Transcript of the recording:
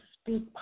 speak